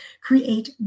create